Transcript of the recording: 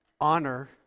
honor